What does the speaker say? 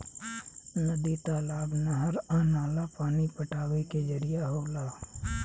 नदी, तालाब, नहर आ नाला पानी पटावे के जरिया होला